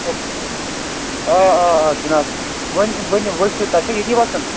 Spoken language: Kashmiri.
آ آ آ جناب وۄنۍ ؤنِو ؤسِو تۄہہِ چھا ییٚتی وَسُن